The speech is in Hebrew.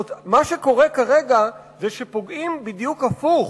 מה שקורה כרגע זה שפוגעים בדיוק הפוך,